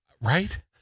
Right